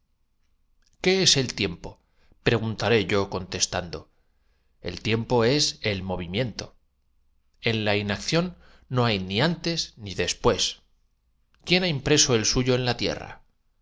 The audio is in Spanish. qué es el tiempo preguntaré yo contestando el fuerza de tiempo pues apliquemos este principio á tiempo es el movimiento en la inacción no hay ni annuestro caso tes ni después quién ha impreso el suyo en la